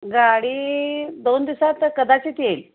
गाडी दोन दिवसात कदाचित येईल